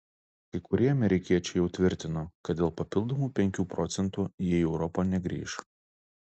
kai kurie amerikiečiai jau tvirtino kad dėl papildomų penkių procentų jie į europą negrįš